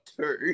two